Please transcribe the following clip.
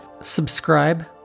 Subscribe